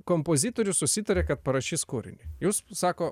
kompozitorius susitaria kad parašys kūrinį jūs sako